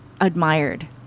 admired